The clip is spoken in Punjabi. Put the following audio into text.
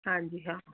ਹਾਂਜੀ ਹਾਂ